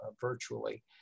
virtually